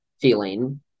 feeling